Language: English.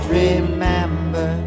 remember